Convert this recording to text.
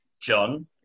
John